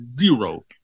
Zero